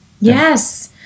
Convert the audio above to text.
yes